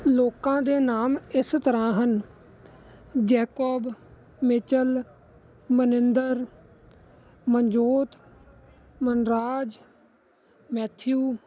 ਲੋਕਾਂ ਦੇ ਨਾਮ ਇਸ ਤਰ੍ਹਾਂ ਹਨ Jacob Mitchell Maninder Manjot Manraj Matthew